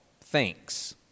thanks